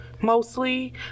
mostly